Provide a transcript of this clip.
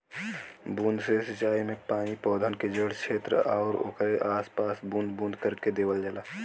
बूंद से सिंचाई में पानी पौधन के जड़ छेत्र आउर ओकरे आस पास में बूंद बूंद करके देवल जाला